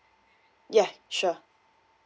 yeah sure